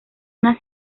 una